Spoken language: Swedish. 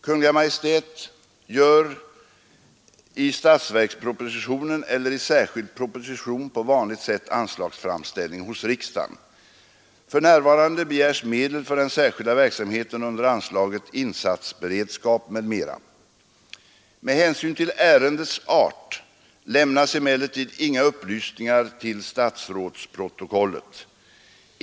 Kungl. Maj:t gör i statsverkspropositionen eller i särskild proposition på vanligt sätt anslagsframställning hos riksdagen. För närvarande begärs medel för den särskilda verksamheten under anslaget Insatsberedskap m.m. Med hänsyn till ärendets art lämnas emellertid inga upplysningar till statsrådsprotokollet.